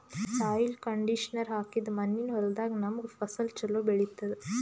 soil conditioner ಹಾಕಿದ್ದ್ ಮಣ್ಣಿನ್ ಹೊಲದಾಗ್ ನಮ್ಗ್ ಫಸಲ್ ಛಲೋ ಬೆಳಿತದ್